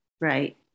right